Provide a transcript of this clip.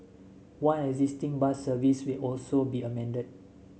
one existing bus service will also be amended